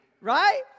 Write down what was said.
right